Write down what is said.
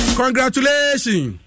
congratulations